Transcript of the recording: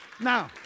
Now